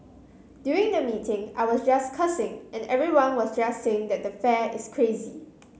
during the meeting I was just cursing and everyone was just saying that the fare is crazy